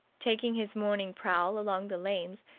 taking his morning prowl along the lanes,